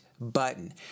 button